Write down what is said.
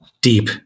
Deep